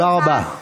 תודה רבה.